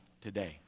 today